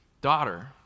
Daughter